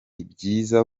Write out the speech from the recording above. byiza